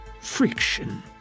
friction